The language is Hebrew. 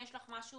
אם יש לך להוסיף.